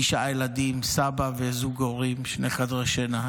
תשעה ילדים, סבא וזוג הורים, שני חדרי שינה.